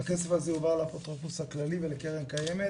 הכסף הזה הועבר לאפוטרופוס הכללי ולקרן קיימת,